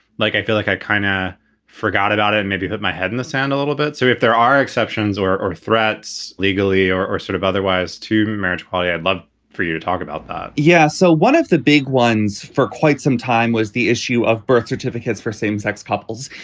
like, i feel like i kind of forgot about it and maybe put my head in the sand a little bit. so if there are exceptions or or threats legally or or sort of otherwise to marriage, probably i'd love for you to talk about yeah. so one of the big ones for quite some time was the issue of birth certificates for same sex couples.